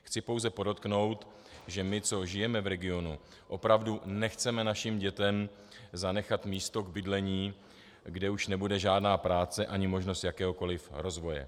Chci pouze podotknout, že my, co žijeme v regionu, opravdu nechceme našim dětem zanechat místo k bydlení, kde už nebude žádná práce ani možnost jakéhokoliv rozvoje.